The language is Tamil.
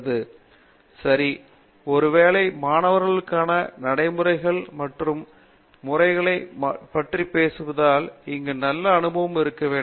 பேராசிரியர் பிரதாப் ஹரிதாஸ் சரி ஒருவேளை மாணவர்களுக்கான நடைமுறைகள் மற்றும் முறைமைகள் பற்றி பேசுவதால் இங்கு நல்ல அனுபவம் இருக்க வேண்டும்